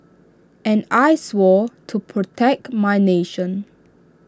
and I swore to protect my nation